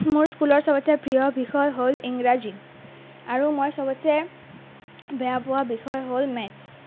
মোৰ স্কুলৰ সবতছে প্ৰিয় বিষয় হ'ল ইংৰাজী আৰু মই সবতছে বেয়া পোৱা বিষয় হ'ল মেটছ